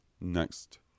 next